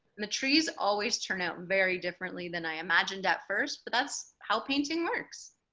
the trees always turn out very differently than i imagined at first but that's how painting works